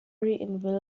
ville